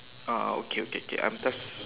ah okay okay okay I'm just